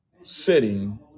sitting